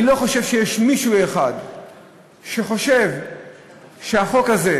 אני לא חושב שיש מישהו אחד שחושב שהחוק הזה